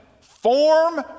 form